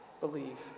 Believe